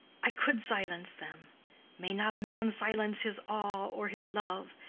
i could silence them may not a man silence his awe or his love,